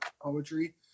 poetry